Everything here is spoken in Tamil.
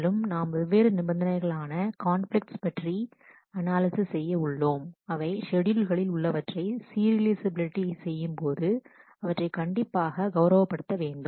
மேலும் நாம் வெவ்வேறு நிபந்தனைகள் ஆன கான்பிலிக்ட்ஸ் பற்றி அனாலிசிஸ் செய்ய உள்ளோம் அவை ஷெட்யூல்களில் உள்ளவற்றை சீரியலைஃசபிலிட்டி செய்யும் போது அவற்றை கண்டிப்பாக கௌரவப்படுத்த வேண்டும்